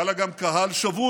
היה לה גם קהל שבוי,